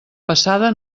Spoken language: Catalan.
passada